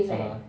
(uh huh)